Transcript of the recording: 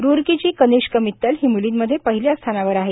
रुरकीची कनिष्क मित्तल ही मुलींमध्ये पहिल्या स्थानावर आहे